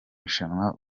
rushanwa